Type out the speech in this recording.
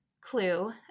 clue